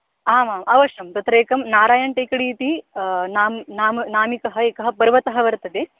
आमाम् अवश्यं तत्र एकं नारायण् टेकडी इति नाम नाम नामकः एकः पर्वतः वर्तते